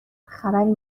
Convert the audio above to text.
خبری